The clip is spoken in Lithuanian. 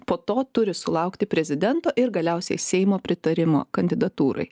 po to turi sulaukti prezidento ir galiausiai seimo pritarimo kandidatūrai